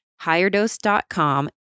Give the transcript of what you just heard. Higherdose.com